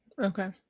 Okay